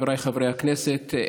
חבריי חברי הכנסת,